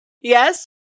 Yes